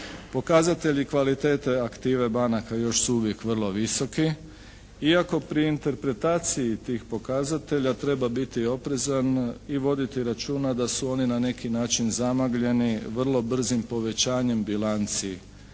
Pokazatelji kvalitete aktive banaka još su uvijek vrlo visoki, iako pri interpretaciji tih pokazatelja treba biti oprezan i voditi računa da su oni na neki način zamagljeni vrlo brzim povećanjem bilanci banaka